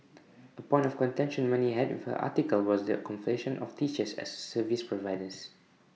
A point of contention many had with her article was the conflation of teachers as service providers